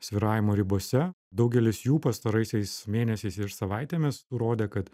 svyravimo ribose daugelis jų pastaraisiais mėnesiais ir savaitėmis rodė kad